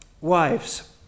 Wives